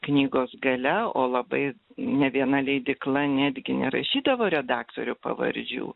knygos gale o labai ne viena leidykla netgi nerašydavo redaktorių pavardžių